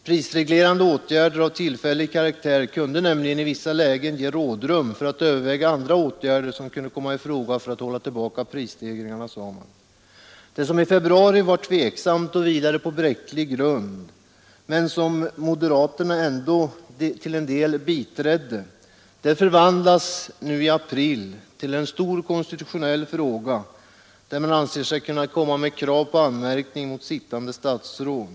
Prisreglerande åtgärder av tillfällig karaktär kunde nämligen i vissa lägen ge rådrum för att överväga andra åtgärder som kunde komma i fråga för att hålla tillbaka prisstegringar. Det som i februari varit tveksamt och vilade på bräcklig grund men som moderaterna ändå till en del biträdde förvandlas nu i april till en stor konstitutionell fråga, där man anser sig kunna komma med krav på anmärkning mot sittande statsråd.